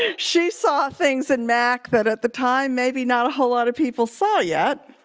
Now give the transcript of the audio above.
ah she saw things in mac that at the time, maybe not a whole lot of people saw yet.